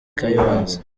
kayonza